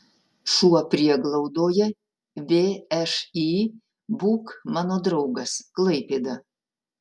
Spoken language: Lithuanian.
šuo prieglaudoje všį būk mano draugas klaipėda